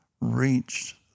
reached